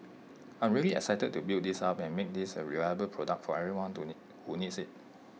I'm really excited to build this up and make this A reliable product for everyone to need who needs IT